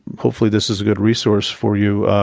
hopefully this is a good resource for you,